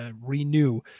renew